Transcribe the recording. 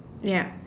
ya